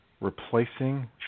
replacing